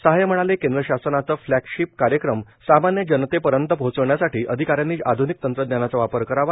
सहाय म्हणाले केंद्र शासनाचे फलॅगशीप कार्यक्रम सामान्य जतनेपर्यंत पोहचविण्यासाठी अधिका यांनी आध्निक तंत्रज्ञानाचा वापर करावा